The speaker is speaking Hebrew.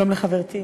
שלום לחברתי